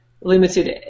limited